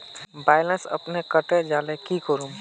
Balance अपने कते जाले की करूम?